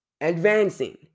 advancing